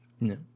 No